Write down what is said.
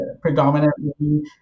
predominantly